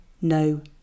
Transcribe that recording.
no